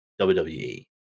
wwe